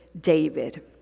David